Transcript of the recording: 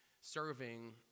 serving